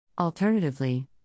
Alternatively